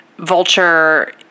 vulture